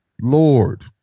Lord